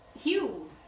Hugh